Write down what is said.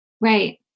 Right